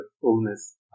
fullness